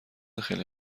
خیلی